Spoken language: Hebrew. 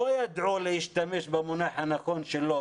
לא ידעו להשתמש במונח הנכון שלו